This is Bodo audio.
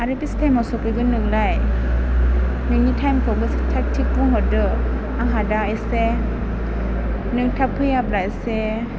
आरो बेसे टाइमआव सफैगोन नोंलाय नोंनि थाइमखौबो थाक थिग बुंहरदो आंहा दा एसे नों थाब फैयाब्ला एसे